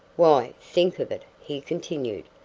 why, think of it, he continued.